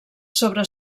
sobre